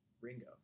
Ringo